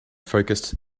focused